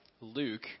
Luke